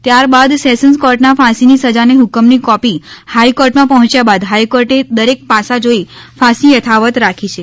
ત્યારબાદ સેશન્સ કોર્ટના ફાંસીની સજાના હ્કમની કોપી હાઇકોર્ટમાં પહોંચ્યા બાદ હાઇકોર્ટે દરેક પાસા જોઇ ફાંસી યથાવત રાખી છે